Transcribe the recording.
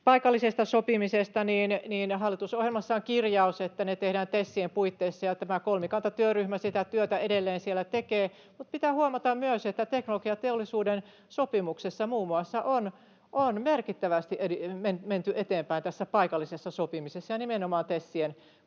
Paikallisesta sopimisesta hallitusohjelmassa on kirjaus, että ne tehdään TESien puitteissa, ja tämä kolmikantatyöryhmä sitä työtä edelleen siellä tekee. Pitää huomata myös, että teknologiateollisuuden sopimuksessa muun muassa on merkittävästi menty eteenpäin tässä paikallisessa sopimisessa ja nimenomaan TESien puitteissa.